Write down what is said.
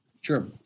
Sure